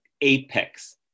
apex